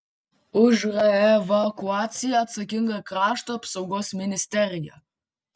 už reevakuaciją atsakinga krašto apsaugos ministerija